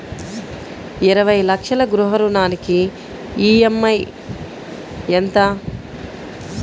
ఇరవై లక్షల గృహ రుణానికి ఈ.ఎం.ఐ ఎంత?